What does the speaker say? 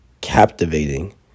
captivating